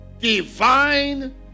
Divine